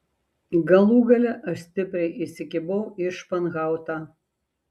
galų gale aš stipriai įsikibau į španhautą